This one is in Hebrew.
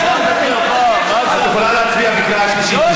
אתם שקרנים, את יכולה להצביע בקריאה שלישית.